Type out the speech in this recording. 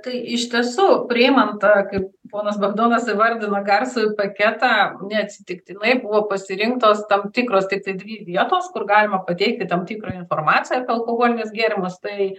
tai iš tiesų priimant tą kaip ponas bagdonas įvardina garsųjį paketą neatsitiktinai buvo pasirinktos tam tikros tiktai dvi vietos kur galima pateikti tam tikrą informaciją apie alkoholinius gėrimus tai